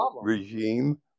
regime